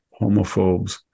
homophobes